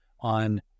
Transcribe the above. on